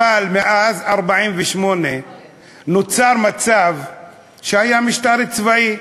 אבל מאז 1948 נוצר מצב שהיה משטר צבאי,